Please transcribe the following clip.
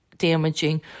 damaging